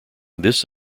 this